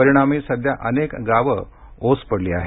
परिणामी सध्या अनेक गावं ओस पडली आहेत